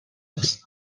است